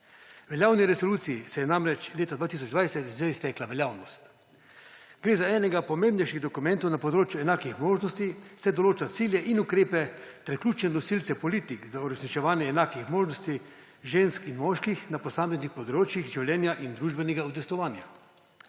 Veljavni resoluciji se je namreč leta 2020 že iztekla veljavnost. Gre za enega pomembnejših dokumentov na področju enakih možnosti, saj določa cilje in ukrepe ter ključne nosilce politik za uresničevanje enakih možnosti žensk in moških na posameznih področjih življenja in družbenega udejstvovanja.